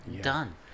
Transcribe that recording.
Done